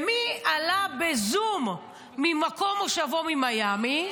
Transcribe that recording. מי עלה בזום ממקום מושבו ממיאמי?